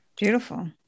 beautiful